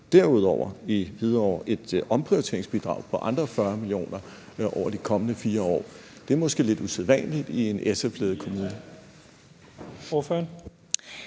Hvidovre har indført et omprioriteringsbidrag på andre 40 mio. kr. over de kommende 4 år. Det er måske lidt usædvanligt i en SF-ledet kommune. Kl.